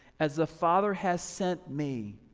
as the father has sent me,